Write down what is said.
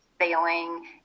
sailing